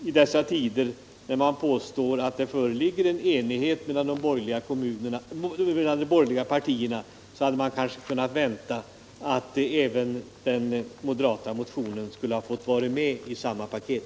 I dessa tider när man påstår att det föreligger enighet mellan de borgerliga partierna hade vi kanske kunnat vänta att den moderata motionen hade fått vara med i samma paket.